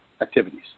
activities